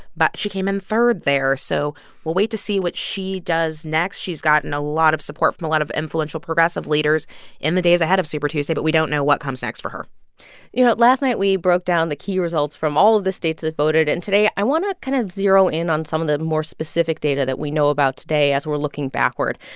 but she came in third there. so we'll wait to see what she does next. she's gotten a lot of support from a lot of influential progressive leaders in the days ahead of super tuesday. but we don't know what comes next for her you know, last night, we broke down the key results from all of the states that voted. and today, i want to kind of zero in on some of the more specific data that we know about today as we're looking backward.